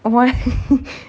why